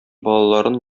балаларын